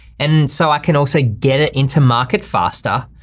and so i can also get it into market faster.